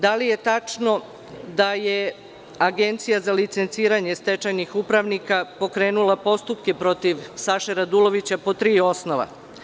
Da li je tačno da je Agencija za licenciranje stečajnih upravnika pokrenula postupke protiv Saše Radulovića po tri osnova?